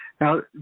now